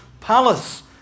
palace